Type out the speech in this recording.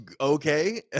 okay